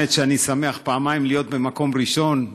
האמת היא שאני שמח פעמיים להיות במקום ראשון.